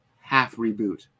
half-reboot